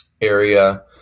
area